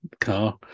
car